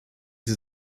sie